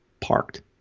parked